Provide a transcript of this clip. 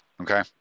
Okay